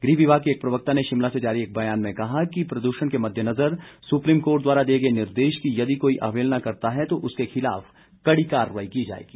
गृह विभाग के एक प्रवक्ता ने शिमला से जारी एक बयान में कहा है कि प्रदूषण के मददेनजर सुप्रीम कोर्ट द्वारा दिए गए निर्देश की यदि कोई अवहेलना करता है तो उसके खिलाफ कड़ी कार्रवाई की जाएगी